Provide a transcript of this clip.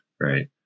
right